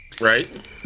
Right